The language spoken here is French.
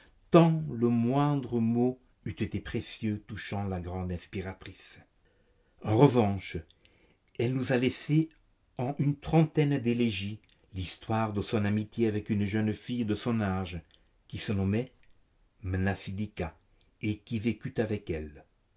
tant le moindre mot eût été précieux touchant la grande inspiratrice en revanche elle nous a laissé en une trentaine d'élégies l'histoire de son amitié avec une jeune fille de son âge qui se nommait mnasidika et qui vécut avec elle